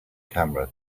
camera